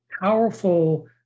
powerful